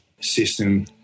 system